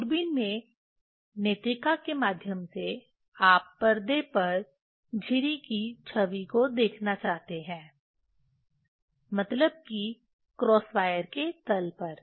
दूरबीन में नेत्रिका के माध्यम से आप पर्दे पर झिरी की छवि को देखना चाहते हैं मतलब कि क्रॉस वायर के तल पर